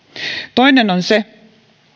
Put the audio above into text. toinen on se